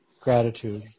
gratitude